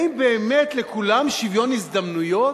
האם באמת לכולם שוויון הזדמנויות?